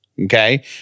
Okay